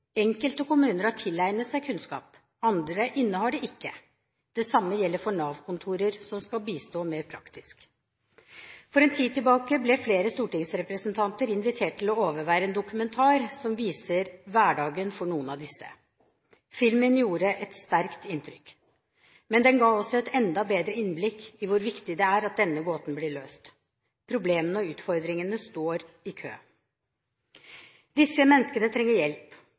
Enkelte kommuner har tilegnet seg kunnskap, andre innehar den ikke. Det samme gjelder for Nav-kontorer som skal bistå mer praktisk. For en tid siden ble flere stortingsrepresentanter invitert til å overvære en dokumentar som viser hverdagen for noen av disse menneskene. Filmen gjorde et sterkt inntrykk, men den ga også et enda bedre innblikk i hvor viktig det er at denne gåten blir løst. Problemene og utfordringene står i kø. Disse menneskene trenger hjelp,